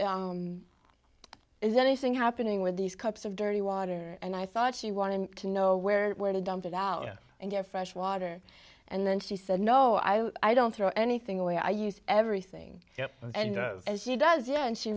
is is anything happening with these cups of dirty water and i thought she wanted to know where to dump it out and get fresh water and then she said no i don't throw anything away i use everything and she does it and she